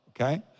Okay